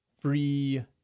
free